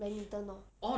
badminton lor